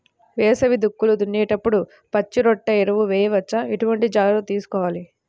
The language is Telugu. వేసవి దుక్కులు దున్నేప్పుడు పచ్చిరొట్ట ఎరువు వేయవచ్చా? ఎటువంటి జాగ్రత్తలు తీసుకోవాలి?